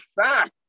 fact